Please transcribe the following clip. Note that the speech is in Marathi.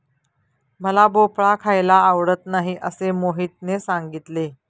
मला भोपळा खायला आवडत नाही असे मोहितने सांगितले